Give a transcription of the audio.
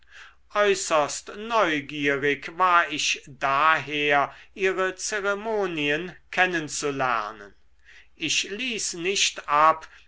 äußerst neugierig war ich daher ihre zeremonien kennen zu lernen ich ließ nicht ab